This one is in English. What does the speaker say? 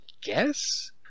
guess